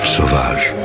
Sauvage